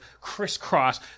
crisscross